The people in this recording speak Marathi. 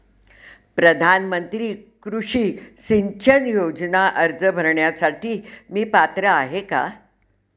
प्रधानमंत्री कृषी सिंचन योजना अर्ज भरण्यासाठी मी पात्र आहे का?